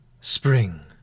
Spring